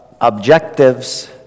objectives